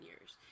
years